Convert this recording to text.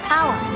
Power